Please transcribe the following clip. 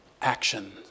action